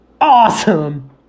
awesome